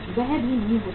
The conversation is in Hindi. वह भी नहीं हो सकता